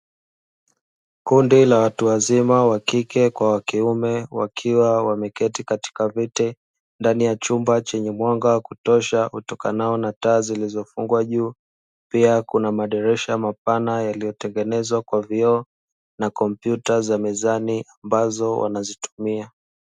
Kundi la watu wazima wa kike kwa wa kiume wakiwa wameketi katika viti ndani ya chumba chenye mwanga wa kutosha, utokanao na taa zilizofungwa juu pia kuna madirisha mapana yaliyotengenezwa kwa vioo na kompyuta za mezani ambazo wanazitumia.